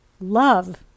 love